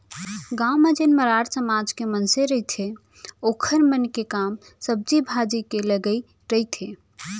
गाँव म जेन मरार समाज के मनसे रहिथे ओखर मन के काम सब्जी भाजी के लगई रहिथे